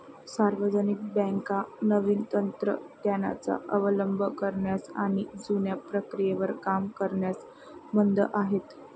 सार्वजनिक बँका नवीन तंत्र ज्ञानाचा अवलंब करण्यास आणि जुन्या प्रक्रियेवर काम करण्यास मंद आहेत